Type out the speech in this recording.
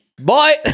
Bye